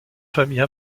familles